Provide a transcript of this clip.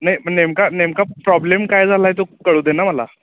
नाही नेमका नेमका प्रॉब्लेम काय झाला आहे तो कळू दे ना मला